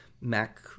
Mac